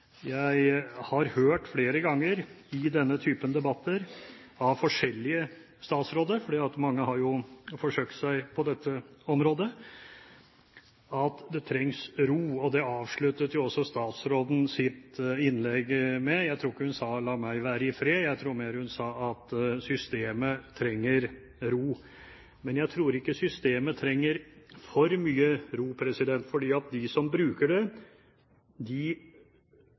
har hørt flere ganger i denne typen debatter fra forskjellige statsråder – mange har jo forsøkt seg på dette området – at det trengs ro. Det avsluttet jo også statsråden sitt innlegg med. Jeg tror ikke hun sa: La meg være i fred. Jeg tror mer hun sa at systemet trenger ro. Men jeg tror ikke systemet trenger for mye ro. De som bruker det, håper på litt mer uro. De